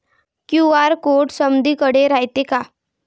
QR code समदीकडे रायतो का?